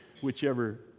whichever